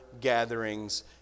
gatherings